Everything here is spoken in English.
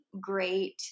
great